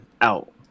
out